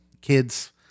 kids